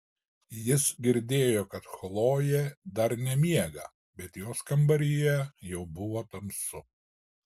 jis girdėjo kad chlojė dar nemiega bet jos kambaryje jau buvo tamsu